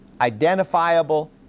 identifiable